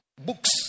books